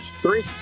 Three